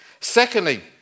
Secondly